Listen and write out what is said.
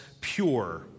pure